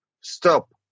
Stop